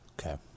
Okay